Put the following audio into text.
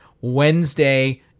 Wednesday